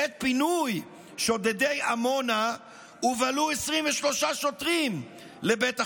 בעת פינוי שודדי עמונה הובהלו 23 שוטרים לבית החולים,